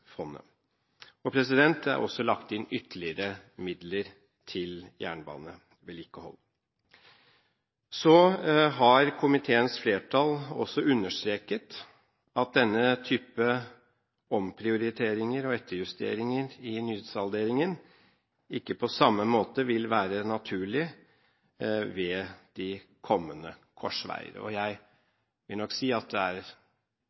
Det er også lagt inn ytterligere midler til jernbanevedlikehold. Så har komiteens flertall også understreket at denne type omprioriteringer og etterjusteringer i nysalderingen ikke på samme måte vil være naturlig ved de kommende korsveier. Jeg vil nok si at det er